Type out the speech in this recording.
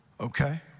okay